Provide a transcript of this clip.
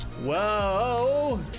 Whoa